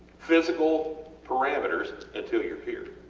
physical parameters until youre here,